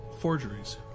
forgeries